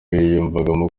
yiyumvagamo